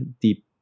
deep